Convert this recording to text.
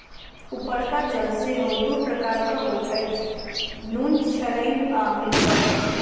उपरका जल सेहो दू प्रकारक होइत अछि, नुनछड़ैन आ मीठगर